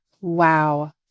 Wow